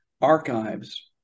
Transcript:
archives